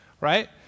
right